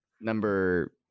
number